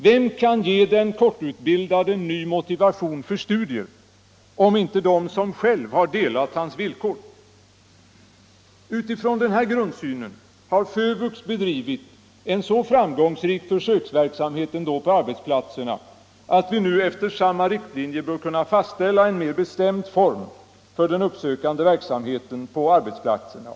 Vem kan ge en kortutbildad ny motivation för studier om inte de som själva har delat hans villkor? Utifrån den här grundsynen har FÖVUX bedrivit en så framgångsrik försöksverksamhet på arbetsplatserna att vi nu efter samma riktlinjer bör kunna fastställa en mer bestämd form för den uppsökande verksamheten på arbetsplatserna.